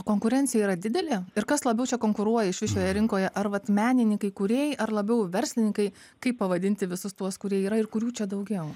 konkurencija yra didelė ir kas labiau čia konkuruoja išvis šioje rinkoje ar vat menininkai kūrėjai ar labiau verslininkai kaip pavadinti visus tuos kurie yra ir kurių čia daugiau